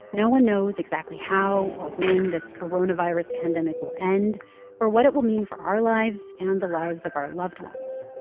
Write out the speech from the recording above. no one knows exactly how or when this coronavirus pandemic will end or what it will mean for our lives and the lives of our loved ones.